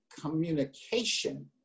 communication